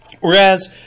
whereas